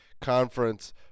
conference